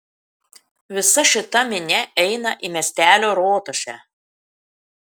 visa šita minia eina į miestelio rotušę